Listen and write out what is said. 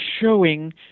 showing